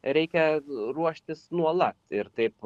reikia ruoštis nuolat ir taip